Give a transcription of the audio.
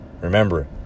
Remember